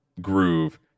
groove